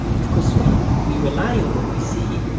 of course, we we rely on what we see,